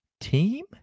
team